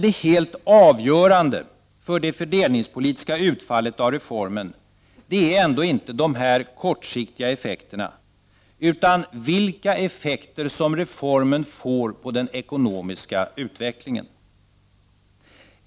Det helt avgörande för det fördelningspolitiska utfallet av reformen är ändå inte dessa kortsiktiga effekter, utan vilka effekter som reformen får på den ekonomiska utvecklingen.